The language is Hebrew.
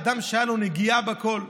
אדם שהייתה לו נגיעה בכול.